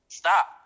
stop